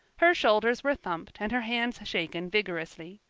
her shoulders were thumped and her hands shaken vigorously.